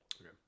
Okay